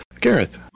Gareth